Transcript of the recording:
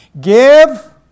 Give